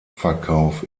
verkauf